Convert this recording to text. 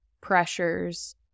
pressures